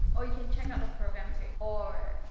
or you can check out the program too. or,